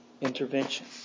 intervention